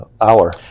hour